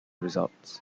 results